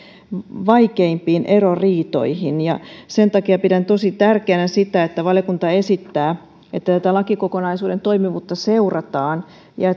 vaikeimpiin eroriitoihin sen takia pidän tosi tärkeänä sitä että valiokunta esittää että lakikokonaisuuden toimivuutta seurataan ja